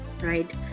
right